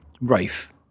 Rafe